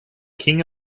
king